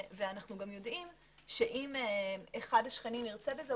אנו גם יודעים שאם אחד השכנים ירצה בזה,